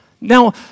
Now